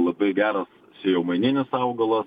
labai geras sėjomaininis augalas